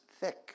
thick